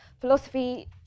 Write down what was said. Philosophy